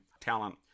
talent